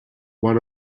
one